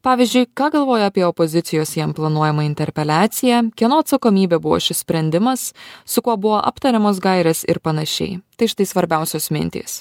pavyzdžiui ką galvoja apie opozicijos jam planuojamą interpeliaciją kieno atsakomybė buvo šis sprendimas su kuo buvo aptariamos gairės ir panašiai tai štai svarbiausios mintys